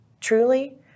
truly